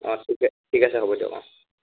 অঁ ঠিক আছে ঠিক আছে হ'ব দিয়ক অঁ